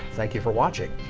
thank you for watching.